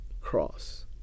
cross